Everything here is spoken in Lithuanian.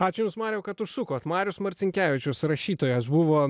ačiū jums mariau kad užsukot marius marcinkevičius rašytojas buvo